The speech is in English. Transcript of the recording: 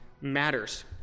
matters